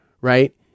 right